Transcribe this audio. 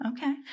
Okay